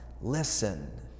listen